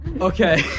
okay